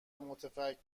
متفکر